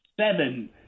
seven